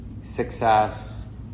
success